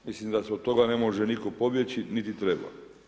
Mislim da se od toga, ne može nitko pobjeći niti treba.